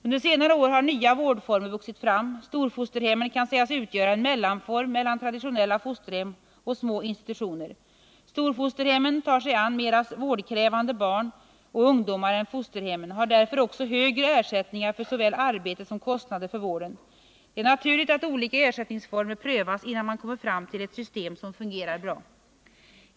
Under senare år har nya vårdformer vuxit fram. Storfosterhemmen kan sägas utgöra en mellanform mellan traditionella fosterhem och små institutioner. Storfosterhemmen tar sig an mera vårdkrävande barn och ungdomar än fosterhemmen och har därför också högre ersättningar för såväl arbete som kostnader för vården. Det är naturligt att olika ersättningsformer prövas innan man kommer fram till ett system som fungerar bra.